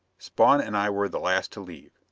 spawn and i were the last to leave,